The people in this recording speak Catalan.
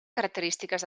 característiques